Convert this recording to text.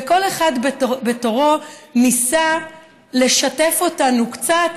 וכל אחד בתורו ניסה לשתף אותנו קצת.